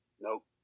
Nope